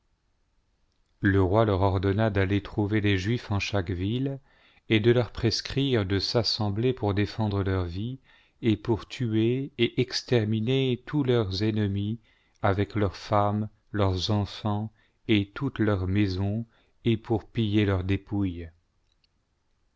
le roi leur ordonna d'aller trouver les juifs en chaque ville et de leur prescrire de s'assembler pour défendre leur vie et pour tuer et exterminer tous leurs ennemis avec leurs femmes leurs enfants et toutes leurs maisons et pour piller leurs dépouilles